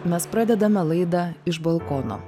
mes pradedame laidą iš balkono